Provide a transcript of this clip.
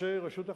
אנשי רשות החשמל,